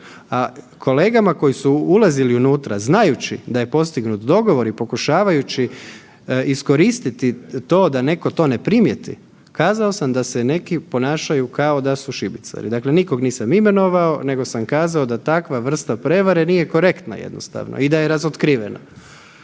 A kolegama koji su ulazili unutra znajući da je postignut dogovor i pokušavajući iskoristiti to da netko to ne primijeti kazao sam da se neki ponašaju kao da su šibicari. Dakle, nikog nisam imenovao, nego sam kazao da takva vrsta prevare nije korektna jednostavno i da je razotkrivena.